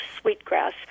Sweetgrass